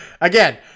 again